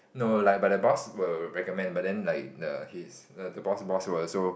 no like but the boss will recommend but then like the his the boss boss will also